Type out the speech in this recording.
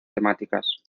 temáticas